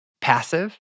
passive